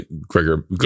Gregor